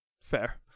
Fair